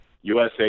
USA